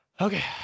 Okay